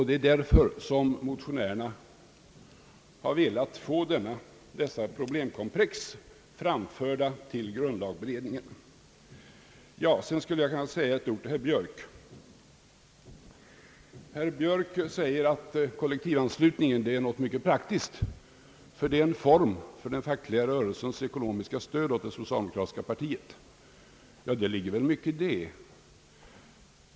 Det är därför som motionärerna velat få dessa problemkomplex framförda till grundlagberedningen. Jag skulle därefter vilja säga ett ord till herr Björk, som nämner att kollektivanslutningen är något mycket prak tiskt, ty det är en form för. den fackliga rörelsens 'ekonomiska stöd åt det socialdemokratiska partiet. Ja, det ligger mycket i. det.